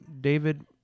David